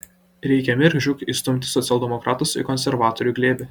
reikia mirk žūk įstumti socialdemokratus į konservatorių glėbį